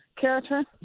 character